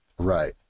Right